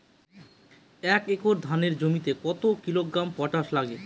এক একর ধানের জমিতে কত কিলোগ্রাম পটাশ লাগে?